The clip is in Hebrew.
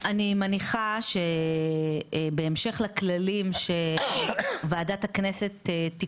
חושבת שזה בוודאי לא נושא לחוק